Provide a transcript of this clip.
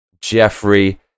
Jeffrey